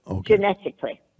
genetically